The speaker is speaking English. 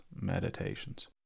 Meditations